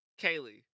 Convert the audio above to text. Kaylee